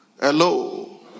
Hello